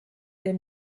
der